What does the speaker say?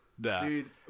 dude